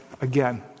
again